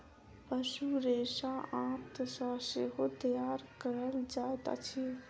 पशु रेशा आंत सॅ सेहो तैयार कयल जाइत अछि